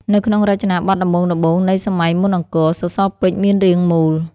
នៅក្នុងរចនាបថដំបូងៗនៃសម័យមុនអង្គរ សសរពេជ្រមានរាងមូល។